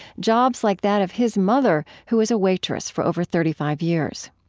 jobs like that of his mother who was a waitress for over thirty five years.